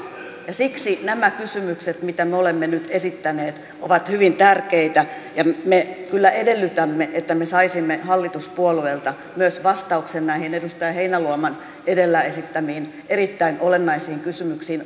siksi nämä kysymykset mitä me olemme nyt esittäneet ovat hyvin tärkeitä ja me kyllä edellytämme että me saisimme hallituspuolueilta myös vastauksen näihin edustaja heinäluoman edellä esittämiin erittäin olennaisiin kysymyksiin